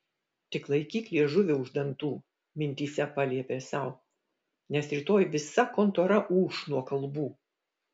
tik laikyk liežuvį už dantų mintyse paliepė sau nes rytoj visa kontora ūš nuo kalbų